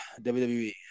WWE